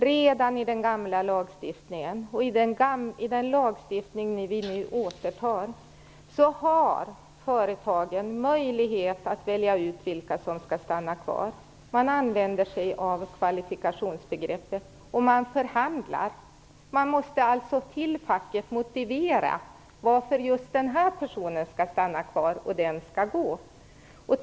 Redan i den gamla lagstiftningen och även i den lagstiftning som vi nu vill återta har företagen möjlighet att välja ut vilka som skall stanna kvar. Man använder sig av kvalifikationsbegreppet, och man förhandlar. Man måste alltså hos facket motivera varför just en viss person skall stanna kvar, medan en annan skall gå.